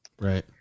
Right